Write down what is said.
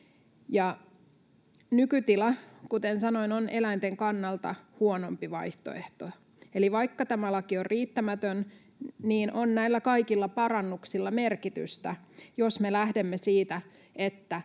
nykytila, kuten sanoin, on eläinten kannalta huonompi vaihtoehto. Eli vaikka tämä laki on riittämätön, niin on näillä kaikilla parannuksilla merkitystä, jos me lähdemme siitä, että